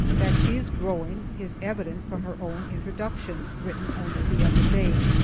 that she is growing, is evident from her own introduction, written only the other day,